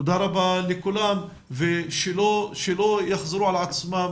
תודה רבה לכולם ושלא יחזרו על עצמם